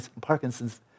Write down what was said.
Parkinson's